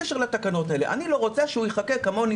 בלי קשר לתקנות האלה אני לא רוצה שהוא יחכה כמוך,